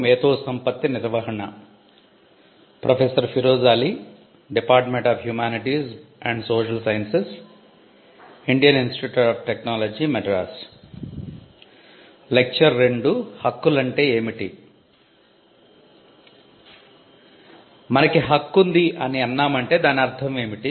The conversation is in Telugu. మనకి హక్కుంది అని అన్నామంటే దాని అర్ధం ఏమిటి